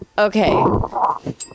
Okay